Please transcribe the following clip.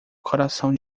coração